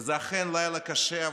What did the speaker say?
זה אכן לילה קשה,